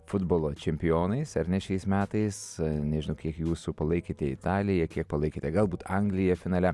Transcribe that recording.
futbolo čempionais ar ne šiais metais nežinau kiek jūsų palaikėte italiję kiek palaikėte galbūt angliją finale